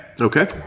Okay